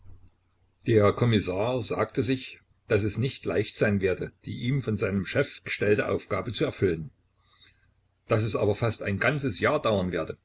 der kommissar sagte sich daß es nicht leicht sein werde die ihm von seinem chef gestellte aufgabe zu erfüllen daß es aber fast ein ganzes jahr dauern werde